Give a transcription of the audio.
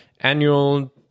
annual